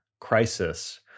crisis